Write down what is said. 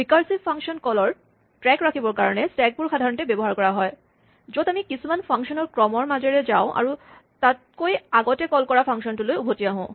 recursive function কলৰ track ৰাখিবৰ কাৰণে স্টেকবোৰ সাধাৰণতে ব্যৱহাৰ কৰা হয় য'ত আমি কিছুমান ফাংচনৰ ক্ৰমৰ মাজেৰে যাওঁ আৰু তাতকৈ আগতে কল কৰা ফাংচনটোলৈ উভতি আহোঁ